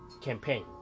campaign